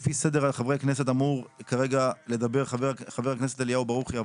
לפי סדר חברי הכנסת אמור כרגע לדבר חבר הכנסת אליהו ברוכי,